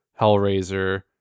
hellraiser